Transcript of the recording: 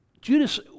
Judas